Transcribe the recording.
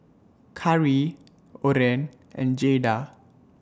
Karri Oren and Jayda